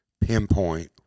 pinpoint